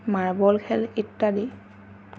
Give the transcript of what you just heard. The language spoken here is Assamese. মাৰ্বল খেল ইত্যাদি